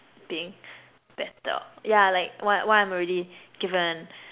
being better ya like what what I'm already given